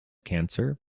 cancer